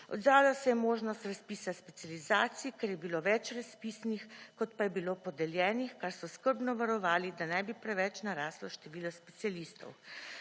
se je možnost razpisa specializacij, ker je bilo več razpisnih kot pa je bilo podeljenih, kar so skrbno varovali, da ne bi preveč naraslo število specialistov.